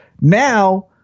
now